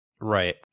Right